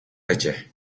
байжээ